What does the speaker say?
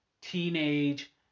teenage